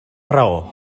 raó